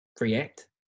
react